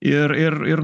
ir ir ir